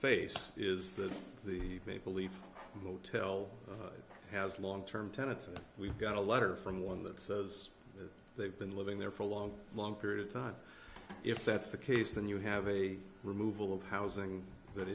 face is that the maple leaf motel has long term tenets and we've got a letter from one that says they've been living there for a long long period of time if that's the case then you have a removal of housing that